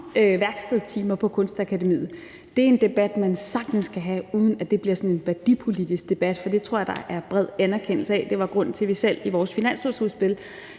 værkstedstimer på Kunstakademiet. Det er en debat, man sagtens kan have, uden at det bliver en værdipolitisk debat, for det tror jeg der er bred anerkendelse af. Det var grunden til, at vi selv i vores finanslovsudspil